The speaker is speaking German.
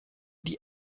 die